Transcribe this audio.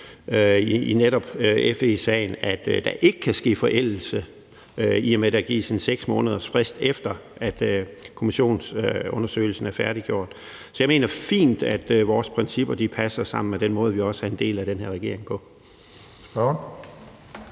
forlænger det, så der ikke kan ske en forældelse, i og med at der gives en 6-månedersfrist, efter at kommissionsundersøgelsen er færdiggjort. Så jeg mener at vores principper passer fint sammen med den måde, hvorpå vi også er en del af den her regering.